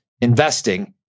investing